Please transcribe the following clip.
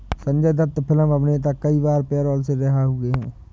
Sanjay Dutt film अभिनेता कई बार पैरोल से रिहा हुए हैं